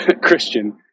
Christian